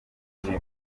benshi